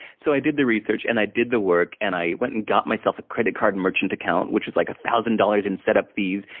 so, i did the research, and i did the work, and i went and got myself a credit card merchant account, which is like one thousand dollars in setup fees.